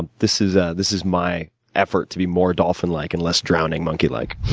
and this is ah this is my effort to be more dolphin like, and less drowning monkey like.